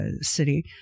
city